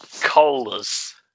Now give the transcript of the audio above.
Colas